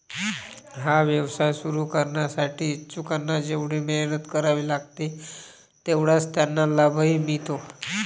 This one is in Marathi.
हा व्यवसाय सुरू करण्यासाठी इच्छुकांना जेवढी मेहनत करावी लागते तेवढाच त्यांना लाभही मिळतो